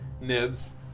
Nibs